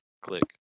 click